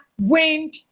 wind